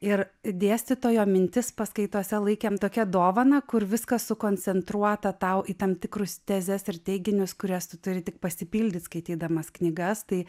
ir dėstytojo mintis paskaitose laikėm tokia dovana kur viskas sukoncentruota tau į tam tikrus tezes ir teiginius kuriuos tu turi tik pasipildyt skaitydamas knygas tai